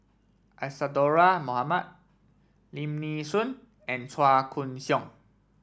Isadhora Mohamed Lim Nee Soon and Chua Koon Siong